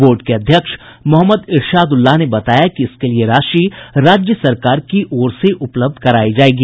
board के अध्यक्ष मोहम्मद इरशाद उल्लाह ने बताया कि इसके लिये राशि राज्य सरकार की ओर से उपलब्ध करायी जायेगी